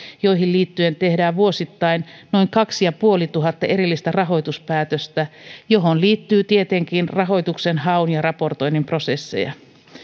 joihin liittyen tehdään vuosittain noin kaksi ja puolituhatta erillistä rahoituspäätöstä joihin liittyy tietenkin rahoituksen haun ja raportoinnin prosesseja